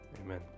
amen